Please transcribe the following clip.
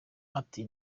ati